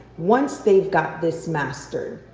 once they've got this mastered,